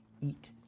eat